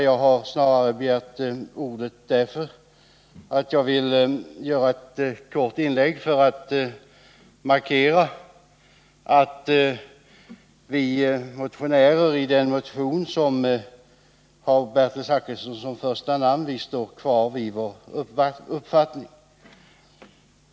Jag har snarare begärt ordet för ett kort inlägg för att markera att vi motionärer i den motion som har Bertil Zachrisson som första namn står kvar vid vår uppfattning.